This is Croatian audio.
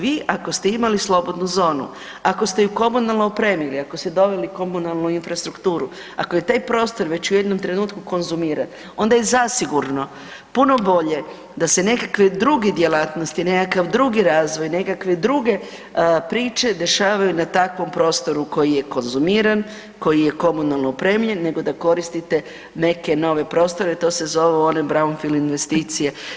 Vi ako ste imali slobodnu zonu, ako ste ju komunalno opremili, ako ste doveli komunalnu infrastrukturu, ako je taj prostor već u jednom trenutku konzumiran, onda je zasigurno puno bolje da se nekakve druge djelatnosti, nekakav drugi razvoj, nekakve druge priče dešavaju na takom prostoru koji je konzumiran, koji je komunalno opremljen nego da koristite neke nove prostore, to se zove one Brownfield investicije.